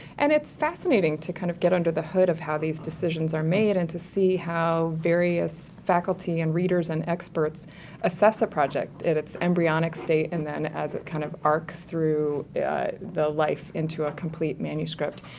and it's fascinating to kind of get under the hood of how these decisions are made and to see how various faculty and readers and experts assess a project at it's embryonic state, and then as it kind of arcs through the life into a complete manuscript.